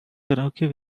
karaoke